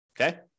Okay